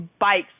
bikes